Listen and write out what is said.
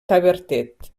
tavertet